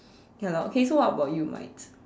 ya lor okay so what about you mate